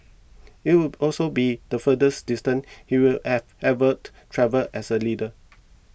it would also be the furthest distance he will have ever travelled as a leader